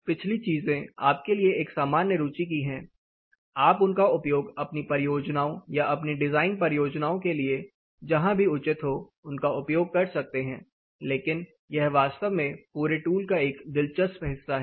पिछली चीजें आपके लिए सामान्य रुचि की हैं आप उनका उपयोग अपनी परियोजनाओं या अपनी डिजाइन परियोजनाओं के लिए जहाँ भी उचित हो उनका उपयोग कर सकते हैं लेकिन यह वास्तव में पूरे टूल का एक दिलचस्प हिस्सा है